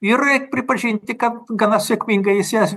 ir reik pripažinti kad gana sėkmingai jis jas